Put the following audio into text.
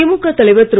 திமுக தலைவர் திரு